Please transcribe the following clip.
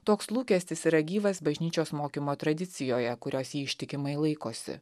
toks lūkestis yra gyvas bažnyčios mokymo tradicijoje kurios ji ištikimai laikosi